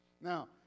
Now